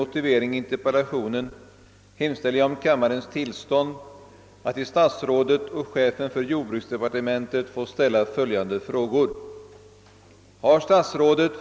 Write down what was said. Med hänvisning till ovanstående hemställer jag om kammarens tillstånd att till herr statsrådet och chefen för kommunikationsdepartementet få ställa följande frågor: 1.